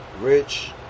rich